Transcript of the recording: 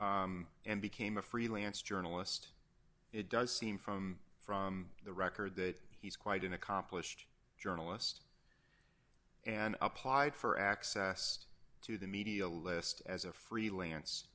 and became a freelance journalist it does seem from from the record that he's quite an accomplished journalist and applied for access to the media list as a freelance